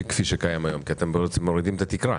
לא כפי שקיים היום, כי אתם מורידים את התקרה.